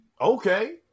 Okay